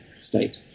state